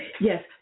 Yes